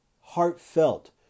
heartfelt